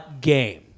game